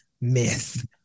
myth